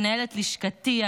מנהלת לשכתי,